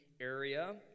area